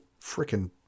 freaking